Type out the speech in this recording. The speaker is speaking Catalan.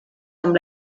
amb